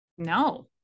no